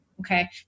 Okay